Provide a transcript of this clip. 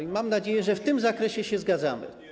I mam nadzieję, że w tym zakresie się zgadzamy.